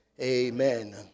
Amen